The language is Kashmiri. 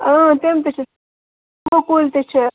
تِم تہِ چھِ کُلۍ تہِ چھِ